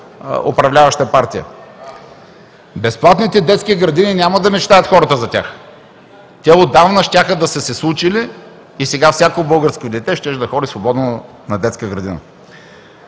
управляваща партия. Безплатните детски градини – няма да мечтаят хората за тях. Те отдавна щяха да са се случили и сега всяко българско дете щеше да ходи свободно на детска градина.